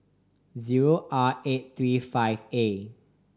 zero R eight three five A